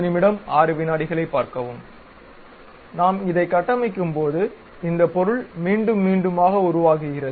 நாம் இதை கட்டமைக்கும்போது இந்த பொருள் மீண்டும் மீண்டுமாக உருவாகுகிறது